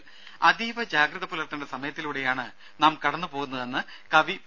ദേദ അതീവ ജാഗ്രത പുലർത്തേണ്ട സമയത്തിലൂടെയാണ് നാം കടന്നു പോകുന്നതെന്ന് കവി പി